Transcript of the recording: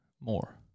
more